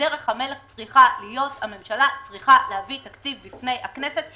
דרך המלך היא שהממשלה צריכה להביא תקציב בפני הכנסת,